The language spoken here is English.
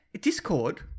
Discord